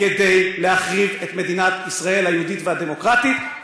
כדי להחריב את מדינת ישראל היהודית והדמוקרטית,